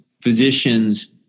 physicians